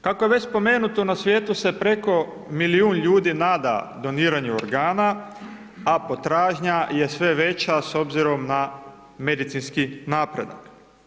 Kako je već spomenuto, na svijetu se preko milijun ljudi nada doniranju organa, a potražnja je sve veća s obzirom na medicinski napredak.